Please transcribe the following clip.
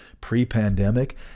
pre-pandemic